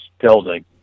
building